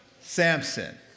Samson